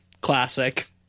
classic